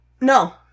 No